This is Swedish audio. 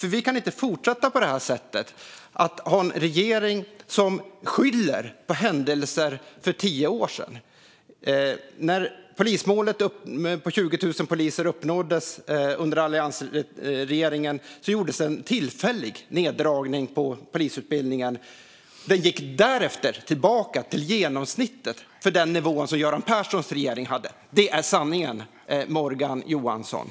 Vi kan inte fortsätta på det här sättet. Vi kan inte ha en regering som skyller på händelser som utspelade sig för tio år sedan. När målet om 20 000 poliser uppnåddes under alliansregeringen gjordes en tillfällig neddragning på polisutbildningen. Man gick därefter tillbaka till genomsnittet för den nivå som Göran Perssons regering hade. Det är sanningen, Morgan Johansson.